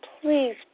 please